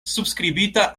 subskribita